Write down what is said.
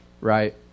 right